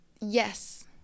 Yes